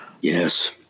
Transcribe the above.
Yes